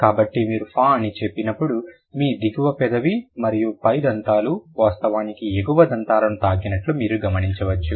కాబట్టి మీరు ఫా అని చెప్పినప్పుడు మీ దిగువ పెదవి మరియు పై దంతాలు వాస్తవానికి ఎగువ దంతాలను తాకినట్లు మీరు గమనించవచ్చు